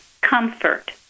comfort